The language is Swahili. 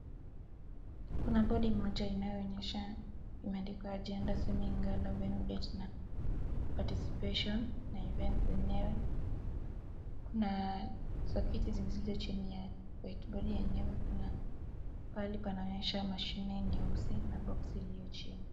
Kuna bodi moja inayoonyesha imeandikwa agenda, venue, date na participation , na events zenyewe. Kuna soketi mbili zilizo chini ya whiteboard yenyewe. Kuna pahali panaonyesha mashine nyeusi na boksi iliyo chini.